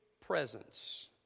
presence